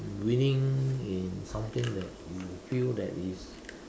winning in something that you feel that is